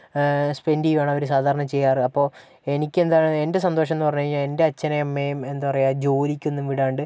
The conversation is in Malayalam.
സ്പെന്റ് ചെയ്യുകയാണ് അവര് സാധാരണ ചെയ്യാറ് അപ്പോൾ എനിക്ക് എന്താണ് എന്റെ സന്തോഷം എന്ന് പറഞ്ഞു കഴിഞ്ഞാല് എന്റെ അച്ഛനെയും അമ്മയെയും എന്താ പറയുക ജോലിക്കൊന്നും വിടാണ്ട്